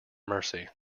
mercy